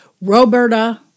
Roberta